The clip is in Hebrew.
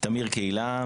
תמיר קהילה,